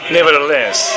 Nevertheless